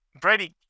Brady